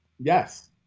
Yes